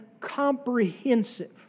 comprehensive